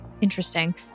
interesting